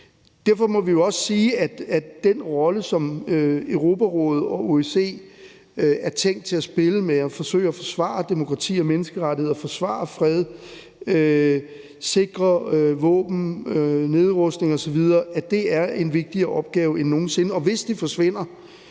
derfor må vi også sige, at den rolle, som Europarådet og OSCE er tænkt til at spille med at forsøge at forsvare demokrati og menneskerettigheder og forsvare fred, sikre våben, nedrustning osv., er en vigtigere opgave end nogen sinde. Og hvis den forsvinder,